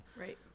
right